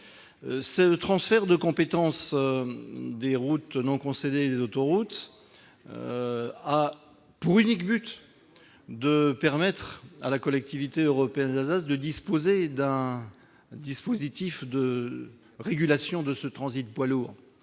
ce transfert de compétences des routes non concédées et des autoroutes a pour unique objectif de permettre à la collectivité européenne d'Alsace d'instaurer un dispositif de régulation du transit poids lourds.